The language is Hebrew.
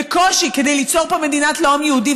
בקושי כדי ליצור פה מדינת לאום יהודי.